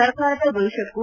ಸರ್ಕಾರದ ಭವಿಷ್ಣಕ್ಕೂ